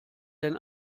denn